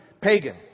pagan